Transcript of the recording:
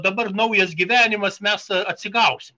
dabar naujas gyvenimas mes atsigausim